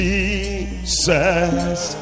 Jesus